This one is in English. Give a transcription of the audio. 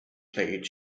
played